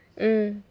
mm